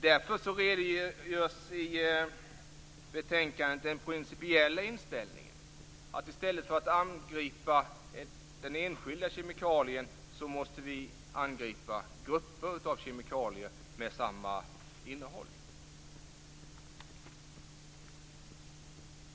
Därför redogör man i betänkandet för den principiella inställningen. I stället för att angripa den enskilda kemikalien måste vi angripa grupper av kemikalier med samma innehåll.